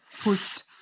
pushed